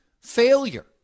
failure